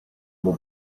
mhu